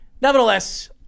Nevertheless